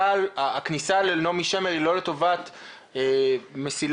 הכניסה לנעמי שמר היא לא לטובת מסילה